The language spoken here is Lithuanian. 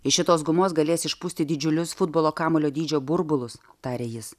iš šitos gumos galėsi išpūsti didžiulius futbolo kamuolio dydžio burbulus tarė jis